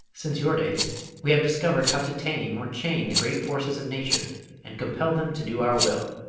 since your days we have discovered how to tame or chain the great forces of nature and compel them to do our will.